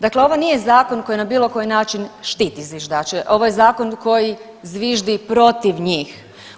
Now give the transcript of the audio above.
Dakle, ovo nije zakon koji na bilo koji način štiti zviždače, ovo je zakon koji zviždi protiv njih.